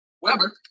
Weber